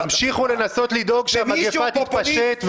תמשיכו לנסות לדאוג שהמגפה תתפשט,